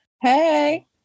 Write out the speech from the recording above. Hey